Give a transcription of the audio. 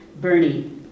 Bernie